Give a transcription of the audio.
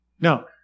Now